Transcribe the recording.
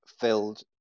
filled